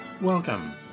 Welcome